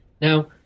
Now